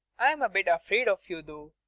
i'm a bit afraid of you, though?